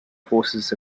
forces